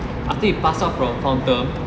after you pass out from file term